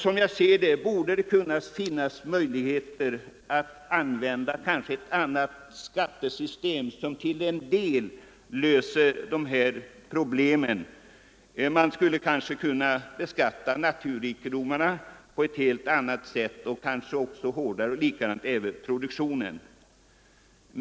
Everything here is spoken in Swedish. Som jag ser det borde det finnas möjligheter att införa ett annat skattesystem som till en del löser dessa problem. Man skulle kanske kunna beskatta naturrikedomarna på ett helt annat sätt än nu — kanske också hårdare — och även produktionen.